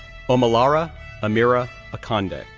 omolara amira akande,